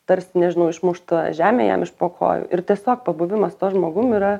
tarsi nežinau išmušta žemė jam iš po kojų ir tiesiog pabuvimas su tuo žmogum yra